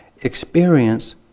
experience